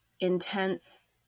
intense